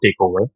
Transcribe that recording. takeover